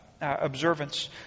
observance